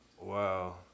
Wow